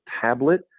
tablet